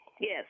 Yes